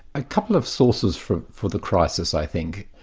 a couple of sources for for the crisis i think.